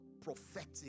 prophetic